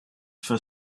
for